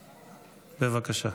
בבקשה.